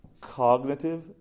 cognitive